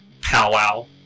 powwow